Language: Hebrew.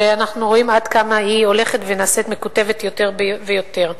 שאנחנו רואים עד כמה היא הולכת ונעשית מקוטבת יותר ויותר.